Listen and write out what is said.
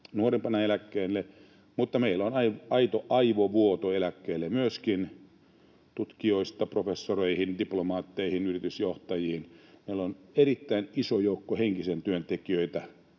nuorempana eläkkeelle, mutta meillä on myöskin aito aivovuoto eläkkeelle; tutkijoista professoreihin, diplomaatteihin ja yritysjohtajiin meillä on erittäin iso joukko henkisen työn tekijöitä